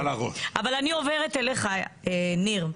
ניר,